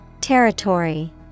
Territory